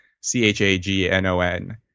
C-H-A-G-N-O-N